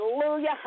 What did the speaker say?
hallelujah